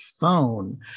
phone